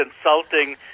insulting